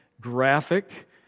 graphic